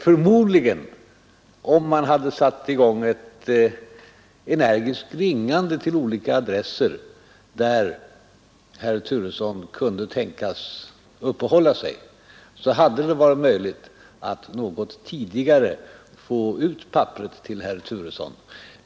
Förmodligen — om man hade satt i gång ett energiskt ringande till olika adresser där herr Turesson kunde tänkas uppehålla sig — hade det varit möjligt att något tidigare få ut papperet till herr Turesson.